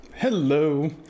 Hello